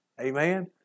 Amen